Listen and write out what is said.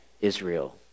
Israel